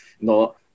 no